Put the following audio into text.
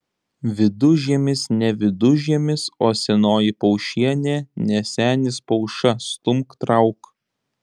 vidužiemis ne vidužiemis o senoji paušienė ne senis pauša stumk trauk